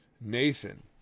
Nathan